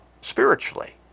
spiritually